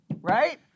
right